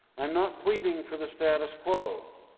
i'm not pleading for the status quo.